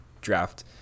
draft